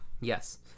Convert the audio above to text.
Yes